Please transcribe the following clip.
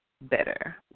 better